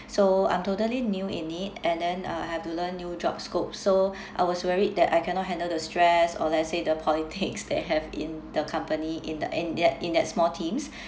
so I'm totally new in it and then uh I have to learn new job scope so I was worried that I cannot handle the stress or let's say the politics that have in the company in the and that in that small teams